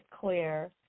clear